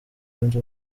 yunze